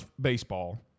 baseball